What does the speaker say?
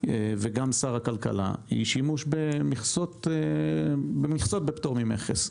וגם שר הכלכלה היא שימוש במכסות בפטור ממכס.